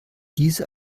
diese